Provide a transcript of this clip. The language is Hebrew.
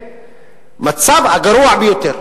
המצב הגרוע ביותר.